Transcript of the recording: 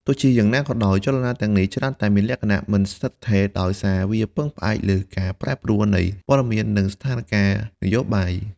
ទោះជាយ៉ាងណាក៏ដោយ ចលនាទាំងនេះច្រើនតែមានលក្ខណៈ មិនស្ថិតស្ថេរ ដោយសារវាពឹងផ្អែកលើការប្រែប្រួលនៃព័ត៌មាន និងស្ថានការណ៍នយោបាយ។